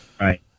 Right